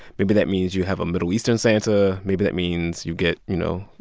maybe that means you have a middle eastern santa. maybe that means you get, you know,